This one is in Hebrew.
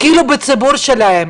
בציבור שלהם.